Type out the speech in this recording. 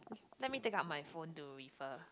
let me take out my phone to refer